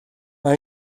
mae